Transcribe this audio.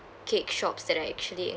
cake shops that I actually